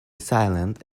silent